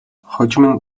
хожим